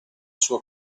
sua